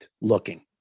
looking